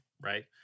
Right